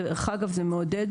דרך אגב, זה מעודד